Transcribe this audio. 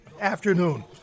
afternoon